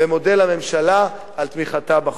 ומודה לממשלה על תמיכתה בחוק.